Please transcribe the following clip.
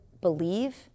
believe